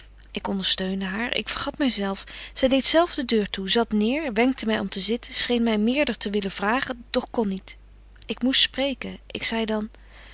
ik ondersteunde haar ik vergat my zelf zy deedt zelf de deur toe zat neér wenkte my om te zitten scheen my meerder te willen vragen doch kon niet ik moest spreken ik zei dan